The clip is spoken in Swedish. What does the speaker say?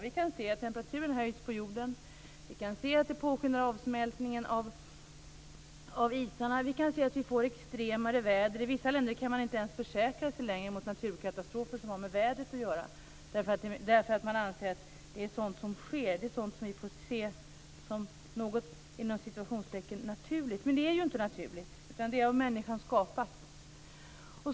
Vi kan ju se att temperaturen höjs på jorden. Vi kan se att avsmältningen av isar påskyndas. Vi kan se att det blir extremare väder. I vissa länder kan man inte ens försäkra sig längre mot naturkatastrofer som har med vädret att göra därför att det anses vara sådant som sker, att det är sådant som vi får se som något "naturligt". Men det är inte naturligt, utan det är något som är av människan skapat.